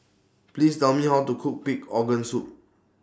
Please Tell Me How to Cook Pig'S Organ Soup